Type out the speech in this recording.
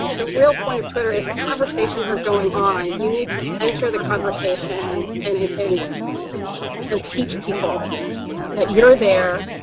the real point of twitter is the conversations are going on, you need to enter the conversation and and and teach people that you're there,